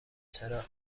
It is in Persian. چرا